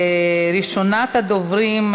ראשונת הדוברים,